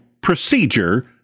procedure